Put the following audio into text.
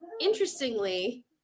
interestingly